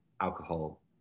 alcohol